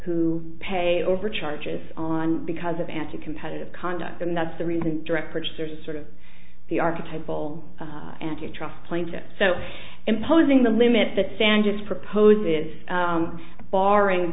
who pay over charges on because of anticompetitive conduct and that's the reason direct purchasers sort of the archetype will anti trust plaintiffs so imposing the limits that sand is proposed is barring